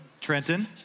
Trenton